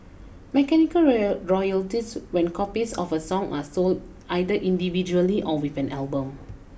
mechanical royal royalties when copies of a song are sold either individually or with an album